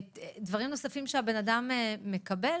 דברים נוספים שהאדם מקבל,